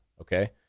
Okay